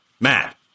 Matt